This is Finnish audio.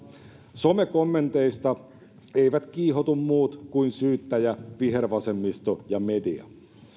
somekommenteista eivät kiihotu muut kuin syyttäjä vihervasemmisto ja media